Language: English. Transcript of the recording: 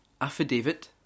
Affidavit